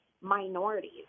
minorities